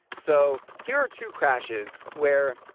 so here are two crashes where